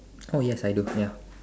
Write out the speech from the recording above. oh yes I do ya